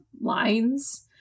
lines